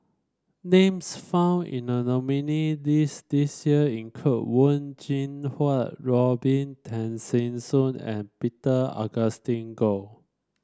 names found in the nominee list this year include Wen Jinhua Robin Tessensohn and Peter Augustine Goh